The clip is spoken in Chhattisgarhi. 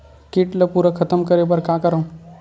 कीट ला पूरा खतम करे बर का करवं?